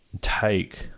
take